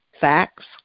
facts